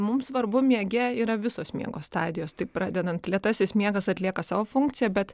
mums svarbu miege yra visos miego stadijos tai pradedant lėtasis miegas atlieka savo funkciją bet